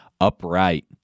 upright